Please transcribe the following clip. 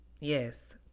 Yes